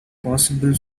possible